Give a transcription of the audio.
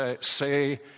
say